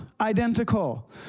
identical